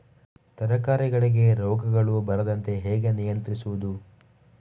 ತರಕಾರಿಗಳಿಗೆ ರೋಗಗಳು ಬರದಂತೆ ಹೇಗೆ ನಿಯಂತ್ರಿಸುವುದು?